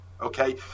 okay